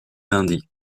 lundi